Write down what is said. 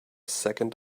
second